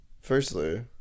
firstly